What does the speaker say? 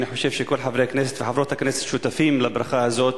אני חושב שכל חברי הכנסת וחברות הכנסת שותפים לברכה הזאת